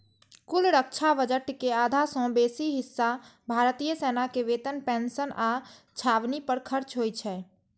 कुल रक्षा बजट के आधा सं बेसी हिस्सा भारतीय सेना के वेतन, पेंशन आ छावनी पर खर्च होइ छै